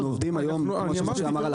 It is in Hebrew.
אנחנו עובדים היום על אכיפה,